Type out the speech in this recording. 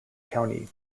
county